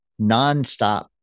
nonstop